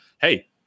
hey